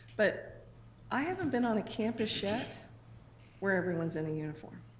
but i haven't been on a campus yet where everyone's in a uniform.